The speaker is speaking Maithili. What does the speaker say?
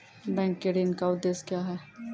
बैंक के ऋण का उद्देश्य क्या हैं?